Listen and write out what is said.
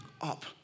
up